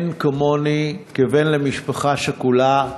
אין כמוני, כבן למשפחה שכולה,